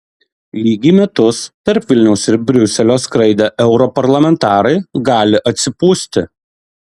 lygiai metus tarp vilniaus ir briuselio skraidę europarlamentarai gali atsipūsti